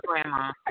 grandma